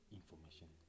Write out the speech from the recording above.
information